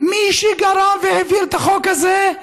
מי שגרם והעביר את החוק הזה,